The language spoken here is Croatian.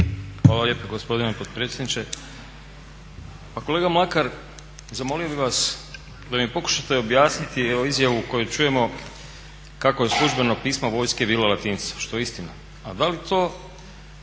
Hvala lijepo gospodine potpredsjedniče. Pa kolega Mlakar, zamolio bih vas da mi pokušate objasniti evo izjavu koju čujemo kako je službeno pismo vojske bilo latinica što je istina. Ali da li to